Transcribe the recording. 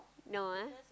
no ah